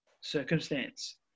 circumstance